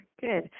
Good